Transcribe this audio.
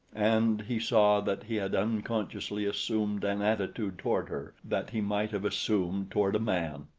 and he saw that he had unconsciously assumed an attitude toward her that he might have assumed toward a man.